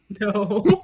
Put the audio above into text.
No